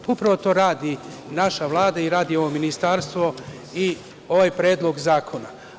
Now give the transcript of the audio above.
Upravo to radi naša Vlada i radi ovo ministarstvo i ovaj Predlog zakona.